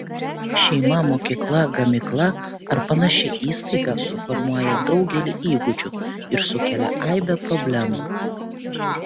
šeima mokykla gamykla ar panaši įstaiga suformuoja daugelį įgūdžių ir sukelia aibę problemų